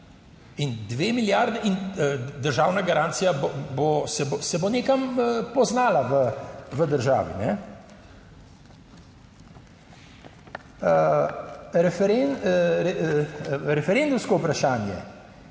In dve milijardi in državna garancija se bo nekam poznala v državi, ne. Referendumsko vprašanje